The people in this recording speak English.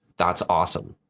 that's awesome.